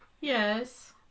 Yes